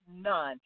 none